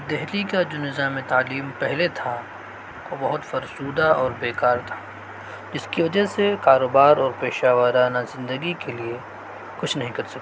دہلی کا جو نظام تعلیم پہلے تھا وہ بہت فرسودہ اور بیکار تھا جس کی وجہ سے کاروبار اور پیشہ وارانہ زندگی کے لیے کچھ نہیں کر سکتی